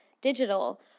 digital